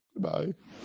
goodbye